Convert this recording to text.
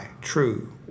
true